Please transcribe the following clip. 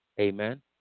amen